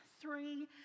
three